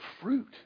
fruit